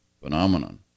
phenomenon